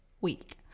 week